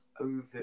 over